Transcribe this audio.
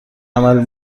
عمل